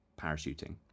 parachuting